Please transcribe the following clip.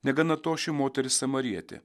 negana to ši moteris samarietė